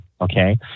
Okay